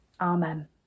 Amen